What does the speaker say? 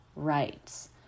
rights